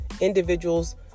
individuals